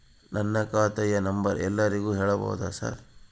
ನನ್ನ ಖಾತೆಯ ನಂಬರ್ ಎಲ್ಲರಿಗೂ ಹೇಳಬಹುದಾ ಸರ್?